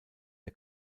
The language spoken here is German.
der